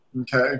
okay